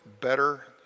better